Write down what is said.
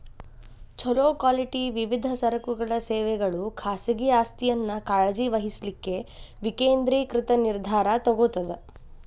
ಛೊಲೊ ಕ್ವಾಲಿಟಿ ವಿವಿಧ ಸರಕುಗಳ ಸೇವೆಗಳು ಖಾಸಗಿ ಆಸ್ತಿಯನ್ನ ಕಾಳಜಿ ವಹಿಸ್ಲಿಕ್ಕೆ ವಿಕೇಂದ್ರೇಕೃತ ನಿರ್ಧಾರಾ ತೊಗೊತದ